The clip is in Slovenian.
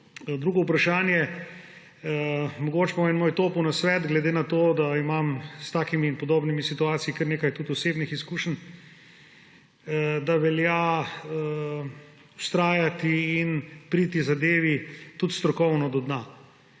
drugo vprašanje. Mogoče imam topel nasvet, glede na to, da imam s takimi in podobnimi situacijami tudi kar nekaj osebnih izkušenj, da velja vztrajati in priti zadevi tudi strokovno do dna.